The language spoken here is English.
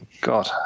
God